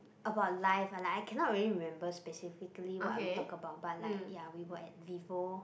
about life but like I can't remember specifically what we talk about but ya we were at Vivo